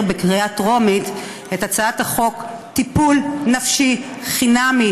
בקריאה טרומית את הצעת חוק על טיפול נפשי חינמי